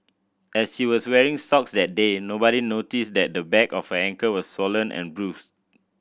as she was wearing socks that day nobody noticed that the back of her ankle was swollen and bruised